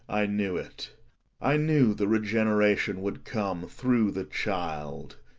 i knew it i knew the regeneration would come through the child.